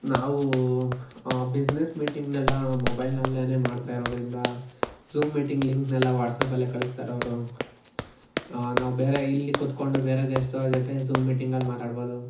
ನಾವು ಬಿಸ್ನೆಸ್ ಮೀಟಿಂಗ್ನೆಲ್ಲ ಮೊಬೈಲ್ನಲ್ಲೆ ಮಾಡ್ತಾಯಿರೋದರಿಂದ ಝೂಮ್ ಮೀಟಿಂಗ್ ಲಿಂಕ್ನೆಲ್ಲ ವಾಟ್ಸಾಪಲ್ಲೆ ಕಳಿಸ್ತಾರವ್ರು ನಾವು ಬೇರೆ ಇಲ್ಲಿ ಕುತ್ಕೊಂಡು ಬೇರೆ ದೇಶ್ದವ್ರ ಜೊತೆ ಝೂಮ್ ಮೀಟಿಂಗಲ್ಲಿ ಮಾತಾಡ್ಬೊದು